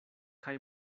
kaj